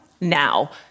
now